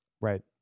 Right